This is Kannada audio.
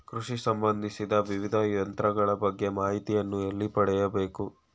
ಕೃಷಿ ಸಂಬಂದಿಸಿದ ವಿವಿಧ ಯಂತ್ರಗಳ ಬಗ್ಗೆ ಮಾಹಿತಿಯನ್ನು ಎಲ್ಲಿ ಪಡೆಯಬೇಕು?